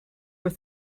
were